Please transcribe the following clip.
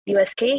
USK